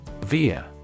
Via